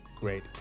Great